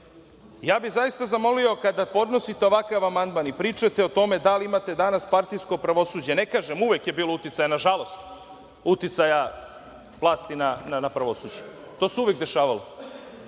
bih zamolio kada podnosite ovakav amandman i pričate o tome da li imate danas partijsko pravosuđe, ne kažem uvek je bilo uticaja nažalost, uticaja vlasti na pravosuđe. To se uvek dešavalo.